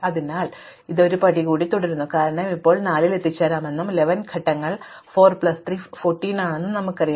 അതിനാൽ ഞങ്ങൾ ഒരു പടി കൂടി തുടരുന്നു കാരണം ഇപ്പോൾ 4 എത്തിച്ചേരാമെന്നും 11 ഘട്ടങ്ങൾ 4 പ്ലസ് 3 14 ആണെന്നും നമുക്കറിയാം